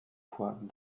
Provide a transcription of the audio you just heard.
fois